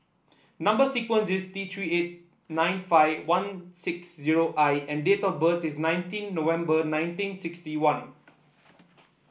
number sequence is T Three eight nine five one six zero I and date of birth is nineteen November nineteen sixty one